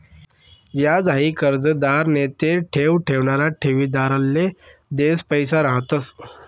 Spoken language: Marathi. याज हाई कर्जदार नैते ठेव ठेवणारा ठेवीदारले देल पैसा रहातंस